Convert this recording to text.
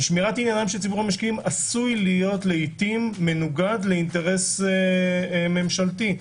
וזה עשוי להיות לעיתים מנוגד לאינטרס ממשלתי.